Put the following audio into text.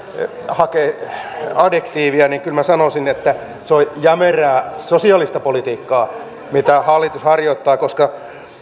hakee adjektiivia niin kyllä minä sanoisin että se on jämerää sosiaalista politiikkaa mitä hallitus harjoittaa koska